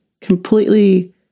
completely